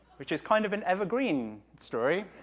which is kind of an evergreen story.